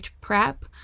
prep